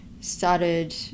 started